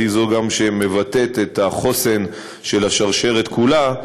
היא זו שגם מבטאת את החוסן של השרשרת כולה,